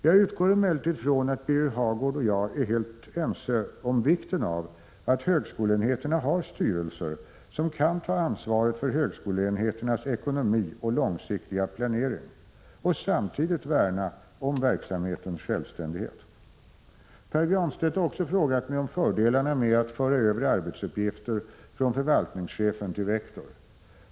Jag utgår emellertid från att Birger Hagård och jag är helt ense om vikten av att högskoleenheterna har styrelser som kan ta ansvaret för högskoleenheternas ekonomi och långsiktiga planering och samtidigt värna om verksamhetens självständighet. Pär Granstedt har också frågat mig om fördelarna med att föra över arbetsuppgifter från förvaltningschefen till rektor.